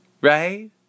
Right